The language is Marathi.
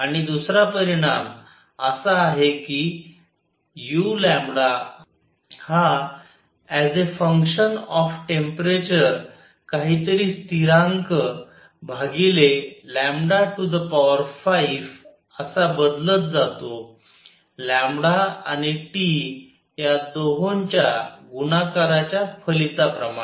आणि दुसरा परिणाम असा आहे की uहा as a function of temperature काहीतरी स्थिरांक भागिले 5 असा बदलत जातो आणि T या दोहोंच्या गुणाकाराच्या फलिताप्रमाणे